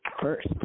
first